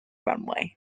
runway